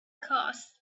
cast